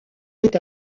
est